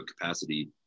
capacity